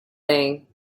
thing